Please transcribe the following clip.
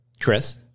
Chris